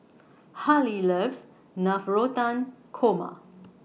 Hali loves Navratan Korma